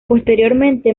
posteriormente